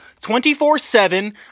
24-7